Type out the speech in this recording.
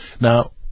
now